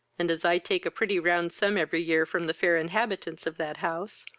and as i take a pretty round sum every year from the fair inhabitants of that house,